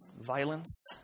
Violence